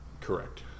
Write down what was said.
Correct